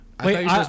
Wait